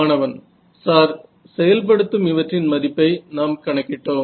மாணவன் சார் செயல்படுத்தும் இவற்றின் மதிப்பை நாம் கணக்கிட்டோம்